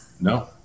No